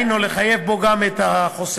דהיינו לחייב בו גם את החוסך,